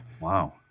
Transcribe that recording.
Wow